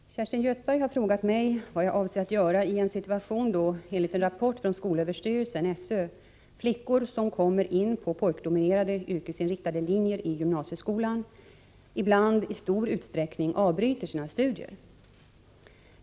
Fru talman! Kerstin Göthberg har frågat mig vad jag avser att göra i en situation då, enligt en rapport från skolöverstyrelsen , flickor som kommit in på pojkdominerade yrkesinriktade linjer i gymnasieskolan ibland i stor utsträckning avbryter sina studier.